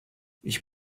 ich